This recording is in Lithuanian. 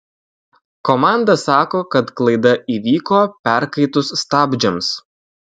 komanda sako kad klaida įvyko perkaitus stabdžiams